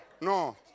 no